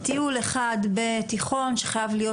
שנגיד יש טיול אחד בתיכון שחייב להיות,